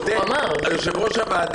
אדוני היושב-ראש,